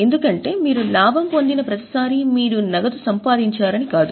ఎందుకంటే మీరు లాభం పొందిన ప్రతిసారీ మీరు నగదు సంపాదించారని కాదు